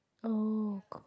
oh